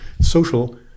social